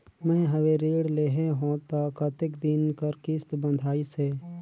मैं हवे ऋण लेहे हों त कतेक दिन कर किस्त बंधाइस हे?